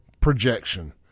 projection